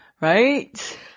Right